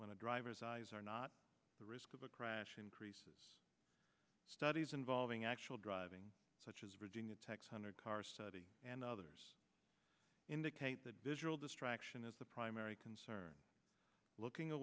when a driver's eyes are not a risk of a crash increases studies involving actual driving such as virginia tech hundred car study and others indicate that visual distraction is the primary concern looking